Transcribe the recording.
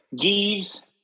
Jeeves